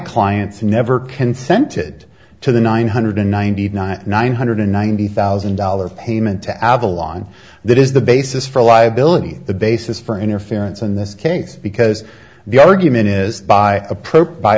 clients never consented to the nine hundred ninety nine nine hundred ninety thousand dollars payment to avalon that is the basis for liability the basis for interference in this case because the argument is by